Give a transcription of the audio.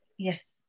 Yes